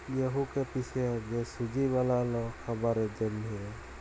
গেঁহুকে পিসে যে সুজি বালাল খাবারের জ্যনহে